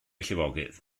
llifogydd